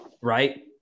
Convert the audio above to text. right